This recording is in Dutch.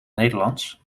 nederlands